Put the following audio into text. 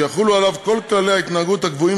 ויחולו עליו כל כללי ההתנהגות הקבועים